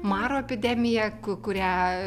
maro epidemija ku kurią